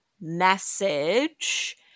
message